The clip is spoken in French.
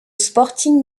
sporting